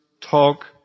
talk